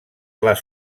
les